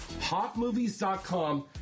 hotmovies.com